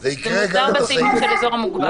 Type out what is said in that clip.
זה מוסדר בסעיפים של האזור המוגבל.